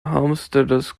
homesteaders